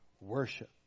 worship